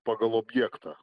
pagal objektą